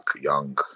young